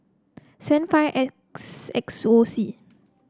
seven five S X X O C